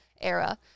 era